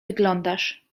wyglądasz